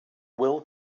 will